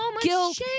guilt